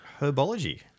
herbology